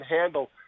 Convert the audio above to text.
handle